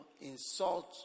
insult